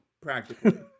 practically